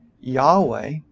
Yahweh